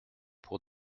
pour